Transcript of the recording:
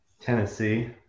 Tennessee